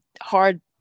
hard